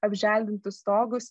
apželdintus stogus